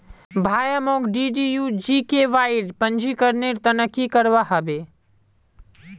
भाया, मोक डीडीयू जीकेवाईर पंजीकरनेर त न की करवा ह बे